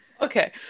okay